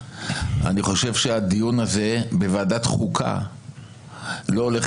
אני חושב שהדיון הזה בוועדת חוקה לא הולך